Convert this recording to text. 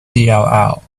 dll